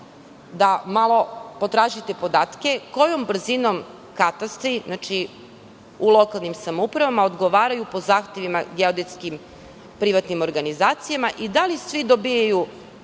da malo potražite podatke – kojom brzinom katastri u lokalnim samoupravama odgovaraju po zahtevima geodetskim privatnim organizacijama i da li svi dobijaju